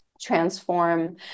Transform